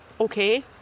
okay